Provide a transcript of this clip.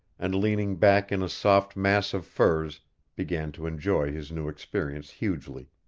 and leaning back in a soft mass of furs began to enjoy his new experience hugely.